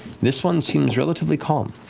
this one seems relatively calm,